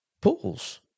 pools